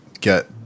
get